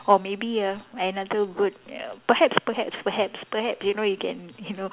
or maybe ah another good err perhaps perhaps perhaps perhaps you know you can you know